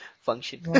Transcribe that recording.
function